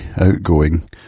outgoing